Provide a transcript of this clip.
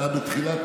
אתה בתחילת